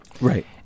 right